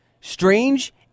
Strange